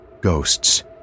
ghosts